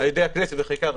על-ידי הכנסת בחקיקה ראשית.